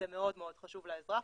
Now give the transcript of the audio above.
זה מאוד מאוד חשוב לאזרח,